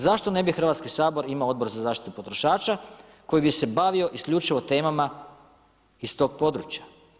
Zašto ne bi Hrvatski sabor imao Odbor za zaštitu potrošača koji bi se bavio isključivo temama iz tog područja.